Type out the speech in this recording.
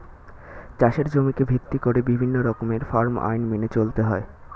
চাষের জমিকে ভিত্তি করে বিভিন্ন রকমের ফার্ম আইন মেনে চলতে হয়